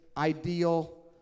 ideal